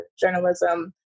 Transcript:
journalism